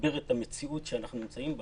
שמסביר את המציאות שאנחנו נמצאים בה.